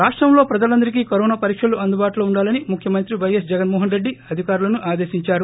రాష్టంలో ప్రజలందరికీ కరోనా పరీక్షలు అందుబాటులో ఉండాలని ముఖ్యమంత్రి పైఎస్ జగన్మోహనరెడ్డి అధికారులను ఆదేశించారు